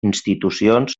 institucions